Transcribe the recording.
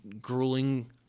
grueling